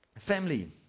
Family